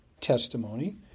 testimony